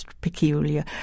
peculiar